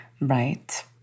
Right